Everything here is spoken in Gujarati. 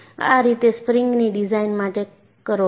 આ રીતે સ્પ્રિંગની ડિઝાઇન માટે કરો છો